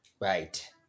Right